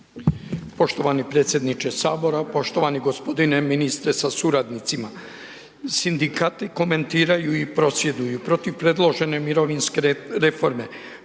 Poštovani predsjedniče Sabora, poštovani gospodine ministre sa suradnicima. Sindikati komentiraju i prosvjeduju protiv predložene mirovinske reforme,